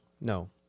No